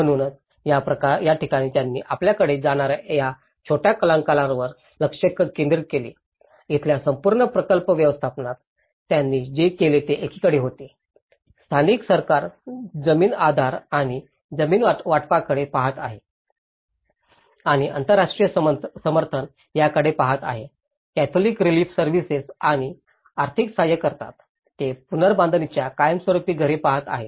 म्हणूनच या ठिकाणी त्यांनी आपल्याकडे जाणार्या या छोट्या कलाकारांवर लक्ष केंद्रित केले इथल्या संपूर्ण प्रकल्प व्यवस्थापनात त्यांनी जे केले ते एकीकडे होते स्थानिक सरकार जमीन आधार आणि जमीन वाटपाकडे पहात आहे आणि आंतरराष्ट्रीय समर्थन याकडे पहात आहे कॅथोलिक रिलीफ सर्व्हिसेस आर्थिक सहाय्य करतात आणि ते पुनर्बांधणीच्या कायमस्वरुपी घरे पाहत आहेत